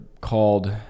called